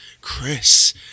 chris